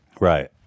right